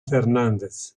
fernández